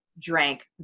drank